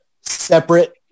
separate